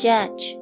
Judge